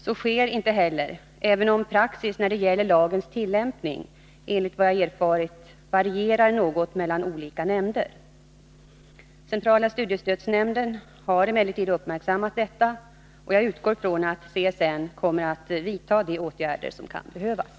Så sker inte heller, även om praxis när det gäller lagens tillämpning, enligt vad jag erfarit, varierar något mellan olika nämnder. Centrala studiestödsnämnden har emellertid uppmärksammat detta, och jag utgår från att CSN kommer att vidta de åtgärder som kan behövas.